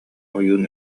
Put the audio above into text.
ойуун